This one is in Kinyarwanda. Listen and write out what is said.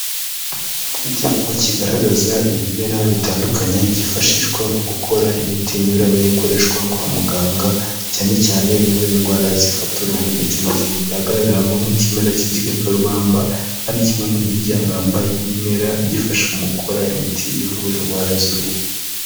Icyapa kigaragaza ibimera bitandukanye byifashishwa mu gukora imiti inyuranye ikoreshwa kwa muganga, cyane cyane ivura indwara zifata uruhu ndetse n'izindi. Hagaragaramo nk'ikimera cy'igikarubamba ari kimwe mukingi ya mwamba y'ibimera byifashishwa mu gukora imiti ivura indwara z'uruhu.